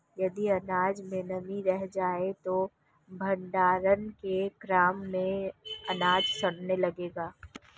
यदि अनाज में नमी रह जाए तो भण्डारण के क्रम में अनाज सड़ने लगेगा